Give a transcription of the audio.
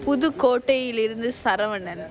புது கோடையில் இருந்து சரவணன்:puthu kotaiyil irunthu saravanan